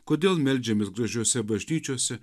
kodėl meldžiamės gražiose bažnyčiose